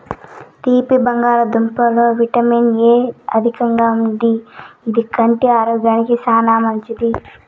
తీపి బంగాళదుంపలలో vitamin A అధికంగా ఉంటాది, ఇది కంటి ఆరోగ్యానికి చానా మంచిది